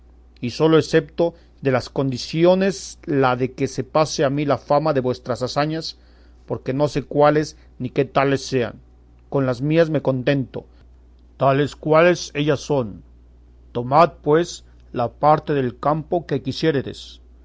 y sólo exceto de las condiciones la de que se pase a mí la fama de vuestras hazañas porque no sé cuáles ni qué tales sean con las mías me contento tales cuales ellas son tomad pues la parte del campo que quisiéredes